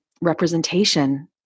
representation